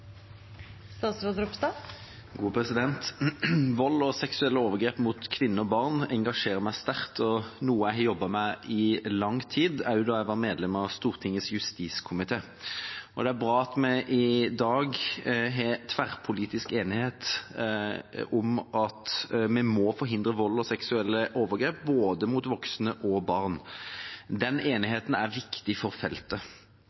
noe jeg har jobbet med i lang tid, også da jeg var medlem av Stortingets justiskomité. Det er bra at vi i dag har tverrpolitisk enighet om at vi må forhindre vold og seksuelle overgrep mot både voksne og barn. Den